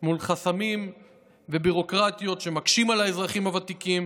מול חסמים וביורוקרטיות שמקשים על האזרחים הוותיקים